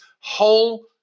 whole